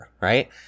right